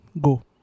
go